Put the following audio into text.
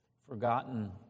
forgotten